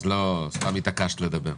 לא סתם התעקשת לדבר.